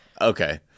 Okay